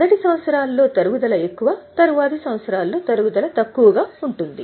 మునుపటి సంవత్సరంలో తరుగుదల ఎక్కువ తరువాతి సంవత్సరంలో తరుగుదల తక్కువగా ఉంటుంది